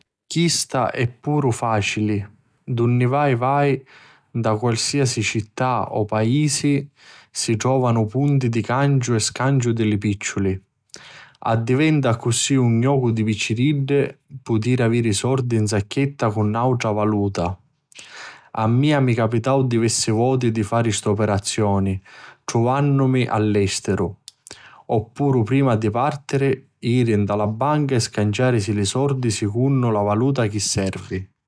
Chista è puru facili. Dunni vai vai, nta qualsiasi città o paisi si trovanu punti di canciu e scanciu di li picciuli, addiventa accussi un jocu di picciriddi putiri aviri sordi nsacchetta cu nautra valuta. A mia mi capitau diversi voti di fari st'operazioni trvannumi a l'estiru. Oppuru prima di partiri jiri nta la banca e scanciarisi li sordi secunnu la valuta chi servi.